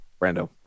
Brando